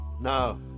No